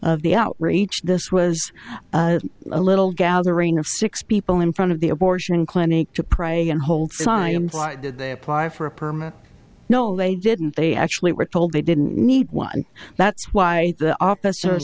of the outreach this was a little gathering of six people in front of the abortion clinic to pray and hold symes they apply for a permit no they didn't they actually were told they didn't need one that's why the officer